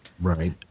Right